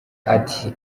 ati